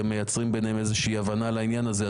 מייצרים ביניהם איזושהי הבנה על העניין הזה,